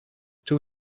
czuł